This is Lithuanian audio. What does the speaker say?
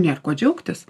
nėr kuo džiaugtis